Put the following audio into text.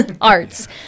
arts